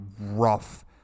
rough